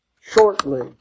shortly